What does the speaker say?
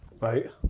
Right